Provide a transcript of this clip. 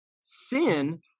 sin